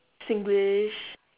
singlish